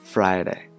Friday